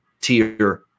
tier